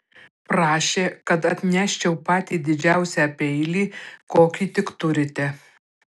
prašė kad atneščiau patį didžiausią peilį kokį tik turite